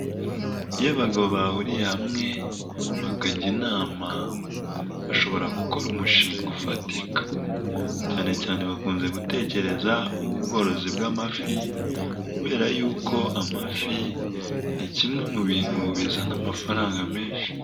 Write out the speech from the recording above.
Iyo abagabo bahuriye hamwe bakajya inama bashobora gukora umushinga ufatika, cyane cyane bakunze gutekereza uw'ubworozi bw'amafi kubera yuko amafi ni kimwe mu bintu bizana amafaranga menshi.